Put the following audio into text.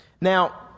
Now